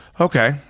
okay